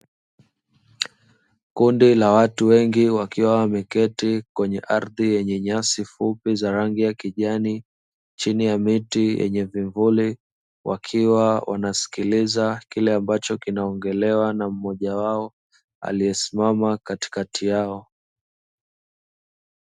Kundi la watu wengi wakiwa wameketi kwenye ardhi yenye nyasi fupi za rangi ya kijani, chini ya miti yenye vivuli, wakiwa wanasikiliza kile ambacho kinaongelewa na mmoja wao aliyesimama katikati yao.